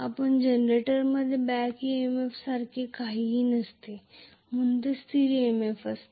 कारण जनरेटरमध्ये back EMF सारखे काहीही नसते म्हणून ते स्थिर EMF असते